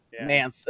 man